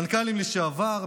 מנכ"לים לשעבר,